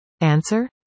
Answer